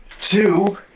two